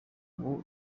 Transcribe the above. ubu